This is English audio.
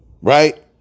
right